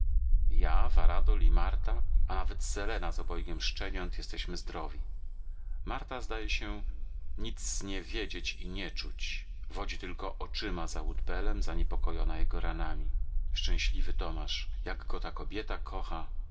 ja varadol i marta a nawet selena z obojgiem szczeniąt jesteśmy zdrowi marta zdaje się nic nie wiedzieć i nie czuć wodzi tytko oczyma za woodbellem zaniepokojona jego ranami szczęśliwy tomasz jak go ta kobieta kocha